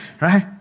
Right